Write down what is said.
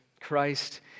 Christ